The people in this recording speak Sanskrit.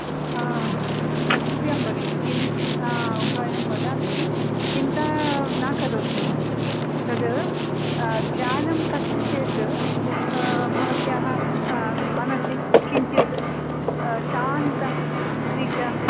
हा सत्यं भगिनि किञ् उपायं वदामि चिन्ता न करोतु तत् ध्यानं कर्तुं चेत् भवत्याः मनसि किञ्चित् शान्तरीत्या